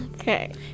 Okay